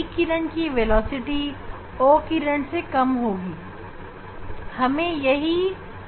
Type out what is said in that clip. इन दोनों किरणों की वेलोसिटी का मूल्य z एक्सिस में सामान होगा